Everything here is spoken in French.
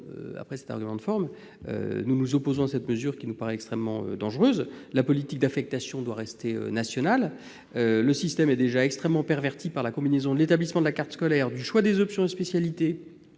aujourd'hui. Sur le fond, nous nous opposons à cette mesure, qui nous paraît extrêmement dangereuse. La politique d'affectation doit rester nationale. Le système est déjà extrêmement perverti par la combinaison de l'établissement de la carte scolaire et du choix des options et spécialités.